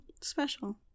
special